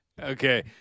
okay